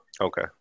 Okay